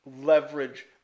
leverage